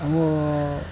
ಅವು